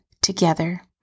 together